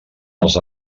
els